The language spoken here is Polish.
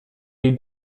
jej